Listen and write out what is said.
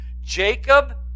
Jacob